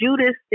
Judas